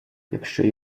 якщо